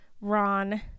Ron